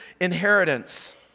inheritance